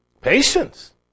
Patience